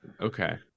Okay